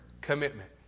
commitment